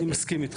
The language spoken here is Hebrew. אני מסכים איתך.